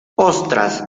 ostras